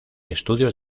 estudios